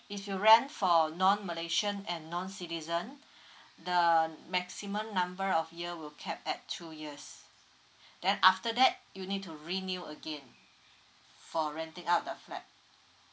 if you rent for non malaysian and non citizen the maximum number of year will capped at two years then after that you need to renew again for renting out the flat